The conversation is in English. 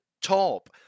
top